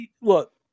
Look